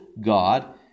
God